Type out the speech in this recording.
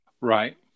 Right